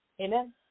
Amen